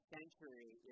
Century